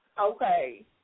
Okay